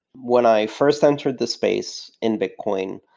when i first entered the space in bitcoin,